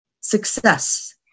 success